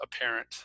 apparent